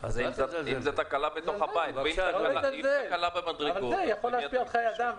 אני לא מזלזל אבל זה יכול להציל חיי אדם.